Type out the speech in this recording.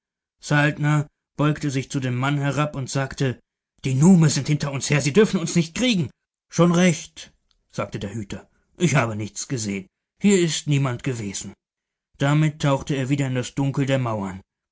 beugte sich zu dem mann herab und sagte die nume sind hinter uns her sie dürfen uns nicht kriegen schon recht sagte der hüter ich habe nichts gesehen hier ist niemand gewesen damit tauchte er wieder in das dunkel der mauern